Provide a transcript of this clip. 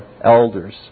elders